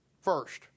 first